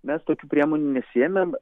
mes tokių priemonių nesiėmėm